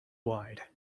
wide